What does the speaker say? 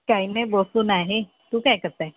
काही नाही बसून आहे तू काय करत आहे